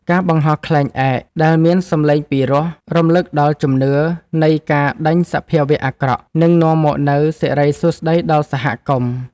ការបង្ហោះខ្លែងឯកដែលមានសំឡេងពីរោះ រំលឹកដល់ជំនឿនៃការដេញសភាវៈអាក្រក់ និងនាំមកនូវសិរីសួស្តីដល់សហគមន៍។